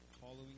following